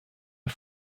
are